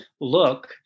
look